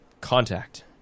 contact